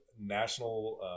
National